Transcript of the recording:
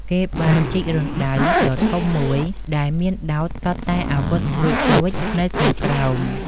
គេបានជីករណ្ដៅដ៏ធំមួយដែលមានដោតសុទ្ធតែអាវុធស្រួចៗនៅខាងក្រោម។